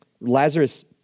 Lazarus